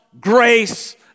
grace